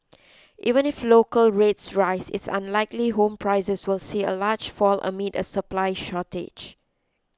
even if local rates rise it's unlikely home prices will see a large fall amid a supply shortage